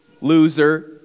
loser